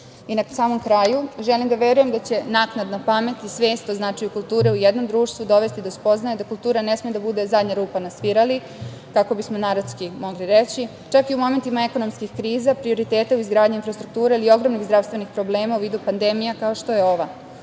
samom kraju, želim da verujem da će naknadna pamet i svest, to znači u kulturi u jednom društvu, dovesti do spoznaje da kultura ne sme da bude zadnja rupa na svirali, kako bismo narodski mogli reći, čak i u momentima ekonomskih kriza, prioritete u izgradnji infrastrukture, ili ogromnih zdravstvenih problema u vidu pandemija kao što je ova. Svi